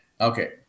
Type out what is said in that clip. Okay